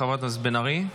חברת הכנסת בן ארי,